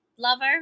Lover